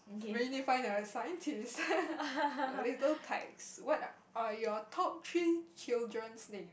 we need to find a scientist a little tykes what are your top three children's name